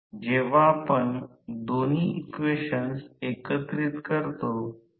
तर एखादा प्रवाह देखील दृश्यमान प्रमाणात नसतो केवळ तो अनुभव घ्या